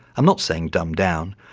i'm not saying dumb-down,